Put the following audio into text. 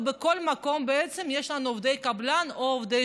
בכל מקום יש לנו עובדי קבלן או עובדי